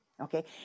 Okay